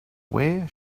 where